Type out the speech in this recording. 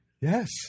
yes